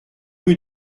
rue